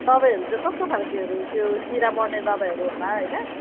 दबाईहरू चाहिँ कस्तो खाल्केहरू त्यो किरा मर्ने दबाईहरू होला होइन